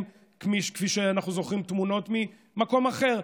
כפי שאנחנו זוכרים בתמונות ממקום אחר,